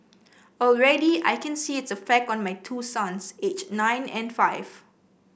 already I can see its effect on my two sons aged nine and five